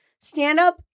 stand-up